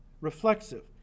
Reflexive